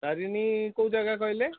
ତାରିଣୀ କେଉଁ ଜାଗା କହିଲେ